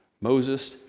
Moses